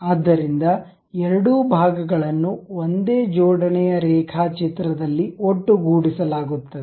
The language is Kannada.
ಆದ್ದರಿಂದ ಎರಡೂ ಭಾಗಗಳನ್ನು ಒಂದೇ ಜೋಡಣೆ ಯ ರೇಖಾಚಿತ್ರದಲ್ಲಿ ಒಟ್ಟುಗೂಡಿಸಲಾಗುತ್ತದೆ